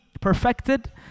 perfected